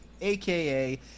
aka